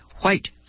white